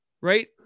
Right